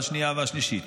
השנייה והשלישית.